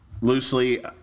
loosely